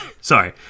sorry